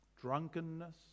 drunkenness